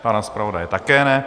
Pan zpravodaj také ne.